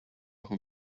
who